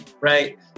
right